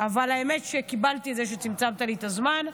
אבל האמת, קיבלתי את זה שצמצמת לי את הזמן.